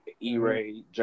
E-Ray